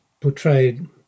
portrayed